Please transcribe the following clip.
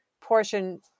portion